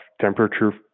temperature